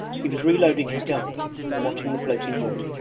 he was reloading his gun and watching the floating wood.